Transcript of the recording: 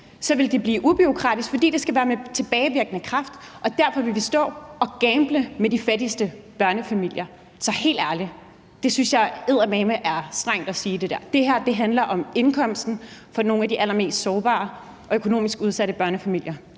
– vil det blive bureaukratisk , fordi det skal være med tilbagevirkende kraft, og derfor vil vi stå og gamble med de fattigste børnefamilier. Så helt ærligt synes jeg eddermame, det der er strengt at sige! Det her handler om indkomsten for nogle af de allermest sårbare og økonomisk udsatte børnefamilier.